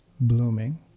blooming